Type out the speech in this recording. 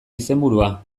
izenburua